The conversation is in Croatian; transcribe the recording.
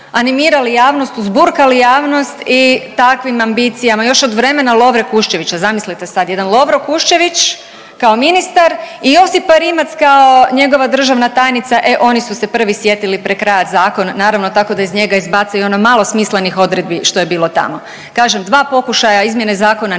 animirali javnost, uzburkali javnost i takvim ambicijama još od vremena Lovre Kušćevića, zamislite sad jedan Lovre Kušćević kao ministar i Josipa Rimac kao njegova državna tajnica e oni su se prvi sjetili prekrajat zakon. Naravno tako da iz njega izbace i ono malo smislenih odredbi što je bilo tamo. Kažem dva pokušaja izmjene zakona nisu